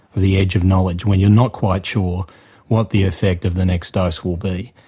the edge of knowledge, where you're not quite sure what the effect of the next dose will be.